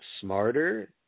Smarter